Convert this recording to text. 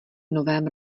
novém